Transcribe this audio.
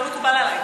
לא מקובל עלי.